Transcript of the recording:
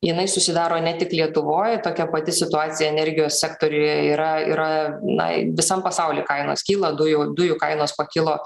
jinai susidaro ne tik lietuvoj tokia pati situacija energijos sektoriuje yra yra na visam pasauly kainos kyla dujų dujų kainos pakilo